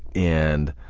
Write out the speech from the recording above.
and